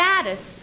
status